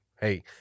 Hey